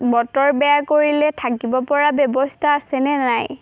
বতৰ বেয়া কৰিলে থাকিব পৰা ব্যৱস্থা আছেনে নাই